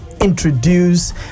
introduce